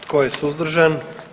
Tko je suzdržan?